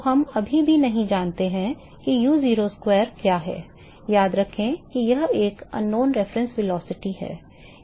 तो हम अभी भी नहीं जानते हैं कि u0 वर्ग क्या है याद रखें कि यह एक अज्ञात संदर्भ वेग है